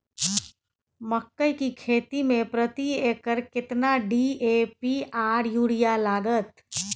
मकई की खेती में प्रति एकर केतना डी.ए.पी आर यूरिया लागत?